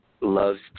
loves